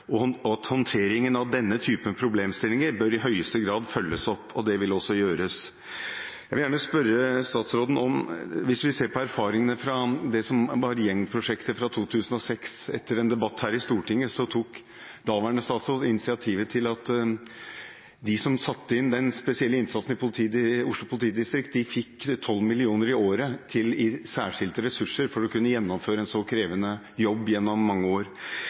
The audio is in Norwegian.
Håndteringen av denne typen problemstillinger bør i høyeste grad følges opp, og det vil også gjøres». Hvis vi ser på erfaringene fra gjengprosjektet fra 2006: Etter en debatt her i Stortinget tok daværende statsråd initiativet til at de som satte inn den spesielle innsatsen i Oslo politidistrikt, fikk 12 mill. kr i året til særskilte ressurser for å kunne gjennomføre en så krevende jobb gjennom mange år.